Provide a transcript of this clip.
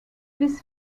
this